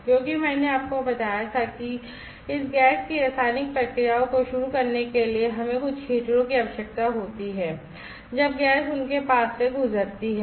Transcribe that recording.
क्योंकि मैंने आपको बताया था कि इस गैस की रासायनिक प्रक्रियाओं को शुरू करने के लिए हमें कुछ हीटरों की आवश्यकता होती है जब गैस उनके पास से गुजरती है